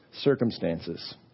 circumstances